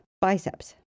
biceps